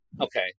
okay